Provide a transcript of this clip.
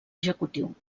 executiu